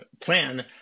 plan